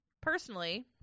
Personally